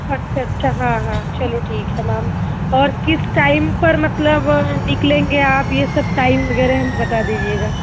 अच्छा अच्छा हाँ हाँ चलो ठीक है मैम और किस टाइम पर मतलब निकलेंगे आप ये सब टाइम वगैरह हमें बता दीजिएगा